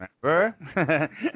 Remember